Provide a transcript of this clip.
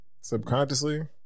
Subconsciously